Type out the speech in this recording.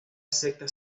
acepta